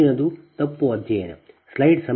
ಮುಂದಿನದು ತಪ್ಪು ಅಧ್ಯಯನ ಸರಿ